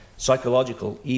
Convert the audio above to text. Psychological